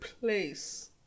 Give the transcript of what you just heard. place